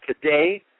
today